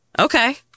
Okay